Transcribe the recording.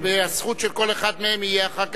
והזכות של כל אחד מהם תהיה אחר כך,